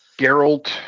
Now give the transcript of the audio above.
Geralt